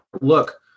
look